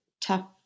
tough